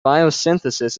biosynthesis